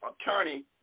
attorney